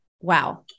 Wow